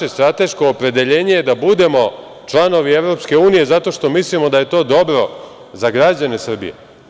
Naše strateško opredeljenje je da budemo članovi Evropske unije zato što mislimo da je to dobro za građane Srbije.